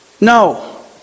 No